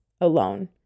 alone